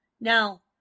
Now